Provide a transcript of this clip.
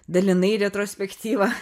dalinai retrospektyvą